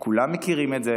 כולם מכירים את זה,